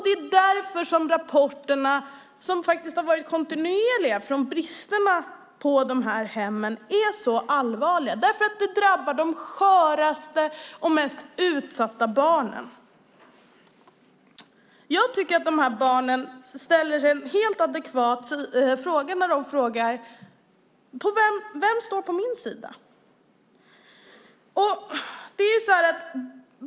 Det är därför rapporterna, som faktiskt har varit kontinuerliga, om bristerna på dessa hem är så allvarliga. Det drabbar nämligen de sköraste och mest utsatta barnen. Jag tycker att dessa barn ställer en helt adekvat fråga när de undrar: Vem står på min sida?